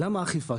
למה אכיפה?